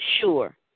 sure